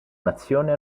nazione